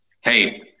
hey